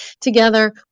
together